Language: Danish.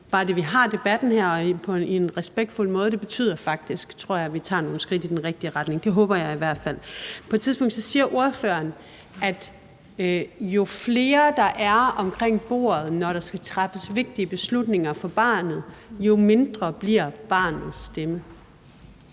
bare det, at vi har debatten her på en respektfuld måde, betyder faktisk, tror jeg, at vi tager nogle skridt i den rigtige retning. Det håber jeg i hvert fald. På et tidspunkt siger ordføreren: Jo flere der er omkring bordet, når der skal træffes vigtige beslutninger for barnet, jo mindre bliver barnets stemme.